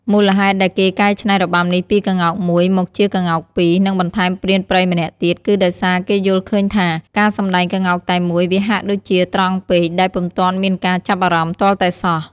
មូលហេតុដែលគេកែច្នៃរបាំនេះពីក្ងោកមួយ មកជាក្ងោកពីរ និងបន្ថែមព្រានព្រៃម្នាក់ទៀត គឺដោយសារគេយល់ឃើញថា ការសម្តែងក្ងោកតែមួយ វាហាក់ដូចជាត្រង់ពេក ដែលពុំទាន់មានការចាប់អារម្មណ៍ទាល់តែសោះ។